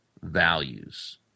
values